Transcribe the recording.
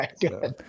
good